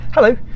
Hello